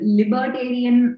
libertarian